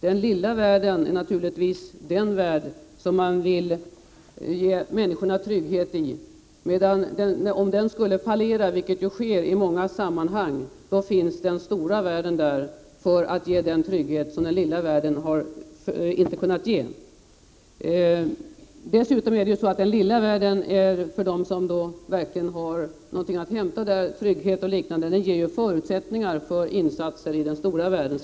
Den lilla världen är naturligtvis den värld som skall ge människorna trygghet, och om den skulle fallera, vilket sker i många sammanhang, finns den stora världen där för att ge denna trygghet. Dessutom ger den lilla världen, för dem som har något att hämta där i form av trygghet och liknande, förutsättningar för insatser i den stora världen.